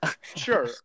Sure